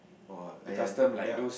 oh !aiya! that one